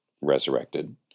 resurrected